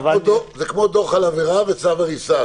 זה כמו דוח על עבירה וצו הריסה.